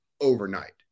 overnight